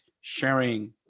sharing